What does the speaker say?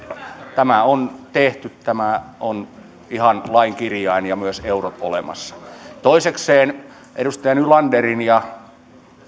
tämä on tehty tämä on ihan lain kirjain ja myös eurot ovat olemassa toisekseen edustaja nylanderin ja